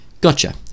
Gotcha